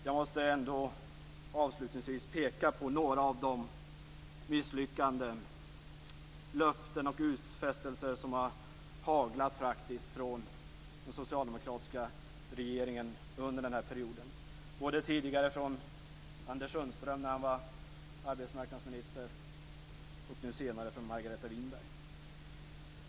Jag måste ändå avslutningsvis peka på några av de misslyckanden, löften och utfästelser som har haglat från den socialdemokratiska regeringen under den här perioden, både tidigare från Anders Sundström, när han var arbetsmarknadsminister, och nu senare från Margareta Winberg.